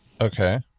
Okay